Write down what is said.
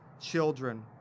children